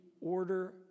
order